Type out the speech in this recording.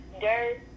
Dirt